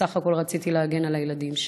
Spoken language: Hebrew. בסך הכול רציתי להגן על הילדים שלי.